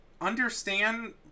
understand